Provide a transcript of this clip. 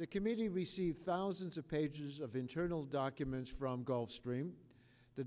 the committee received thousands of pages of internal documents from gulf stream the